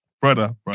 Brother